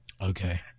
Okay